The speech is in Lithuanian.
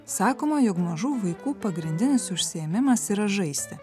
sakoma jog mažų vaikų pagrindinis užsiėmimas yra žaisti